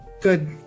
good